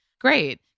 great